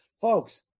Folks